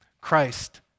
Christ